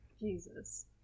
Jesus